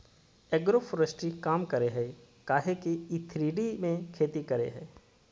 agroforestry काम करेय हइ काहे कि इ थ्री डी में खेती करेय हइ